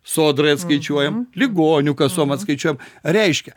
sodrai atskaičiuojam ligonių kasom atskaičiuojam reiškia